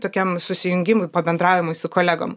tokiam susijungimui pabendravimui su kolegom